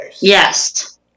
Yes